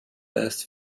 last